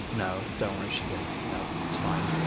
no, don't worry, she didn't. nope, it's fine.